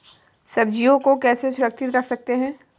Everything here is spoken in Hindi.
सब्जियों को कैसे सुरक्षित रख सकते हैं?